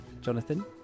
jonathan